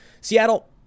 Seattle